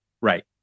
Right